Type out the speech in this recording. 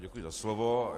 Děkuji za slovo.